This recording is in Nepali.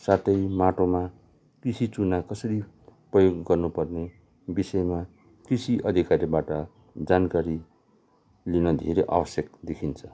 साथै माटोमा कृषि चुना कसरी पयोग गर्नुपर्ने बिषयमा कृषि अधिकारीबाट जानकारी लिन धेरै आवश्यक देखिन्छ